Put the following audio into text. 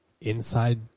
inside